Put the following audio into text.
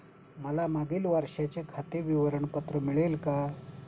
मला मागील वर्षाचे खाते विवरण पत्र मिळेल का?